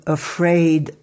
afraid